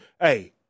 Hey